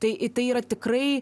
tai į tai yra tikrai